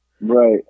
Right